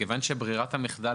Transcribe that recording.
מכיוון שמוצע לשנות את בררת המחדל,